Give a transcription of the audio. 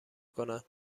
کنن